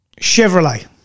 Chevrolet